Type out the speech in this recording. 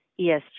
ESG